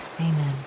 amen